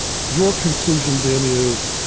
your conclusion then is,